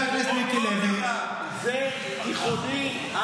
זה תיכונים.